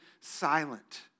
silent